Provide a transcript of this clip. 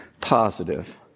positive